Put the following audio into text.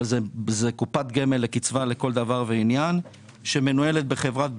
שזאת קופת גמל לקצבה לכל דבר ועניין שמנוהלת בחברת ביטוח.